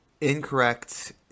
incorrect